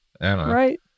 Right